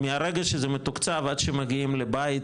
מהרגע שזה מתוקצב עד שמגיעים לבית